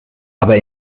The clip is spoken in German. aber